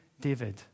David